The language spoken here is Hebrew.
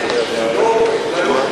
חברת